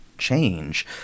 change